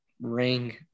ring